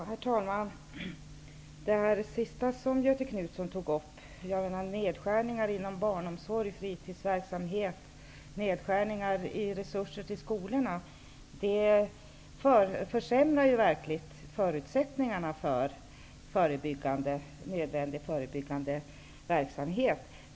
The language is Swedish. Herr talman! Beträffande det sista som Göthe Knutson tog upp: Gör man nedskärningar inom barnomsorg, fritidsverksamhet och resurser till skolan försämrar det verkligen förutsättningarna för nödvändig förebyggande verksamhet.